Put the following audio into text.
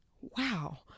wow